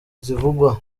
zivugwa